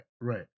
Right